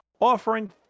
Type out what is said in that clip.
offering